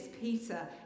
Peter